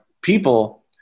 people